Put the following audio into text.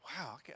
wow